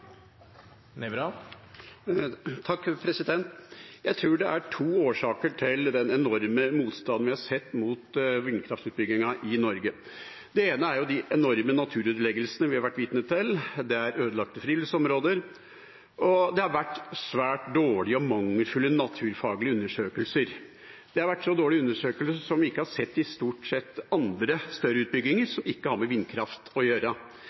to årsaker til den enorme motstanden vi har sett mot vindkraftutbyggingen i Norge. Det ene er de enorme naturødeleggelsene vi har vært vitne til. Det er ødelagte friluftsområder, og det har vært svært dårlige og mangelfulle naturfaglige undersøkelser. Det har vært så dårlige undersøkelser som vi stort sett ikke har sett i andre større utbygginger som ikke har med vindkraft å gjøre.